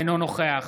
אינו נוכח